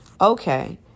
Okay